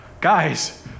guys